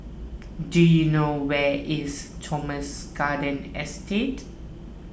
do you know where is Thomson Garden Estate